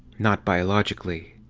not biologically.